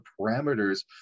parameters